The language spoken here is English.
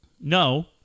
No